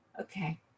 Okay